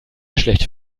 schlechte